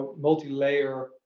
multi-layer